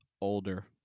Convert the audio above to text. older